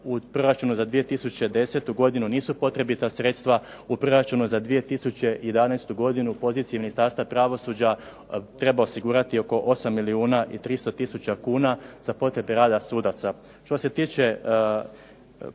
u proračunu za 2010. godinu nisu potrebita sredstva u proračunu za 2011. godinu pozicije Ministarstva pravosuđa treba osigurati oko 8 milijuna i 300 tisuća kuna za potrebe rada sudaca.